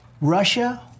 Russia